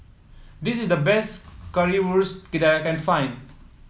this is the best Currywurst that I can find